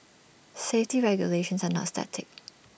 safety regulations are not static